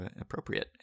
appropriate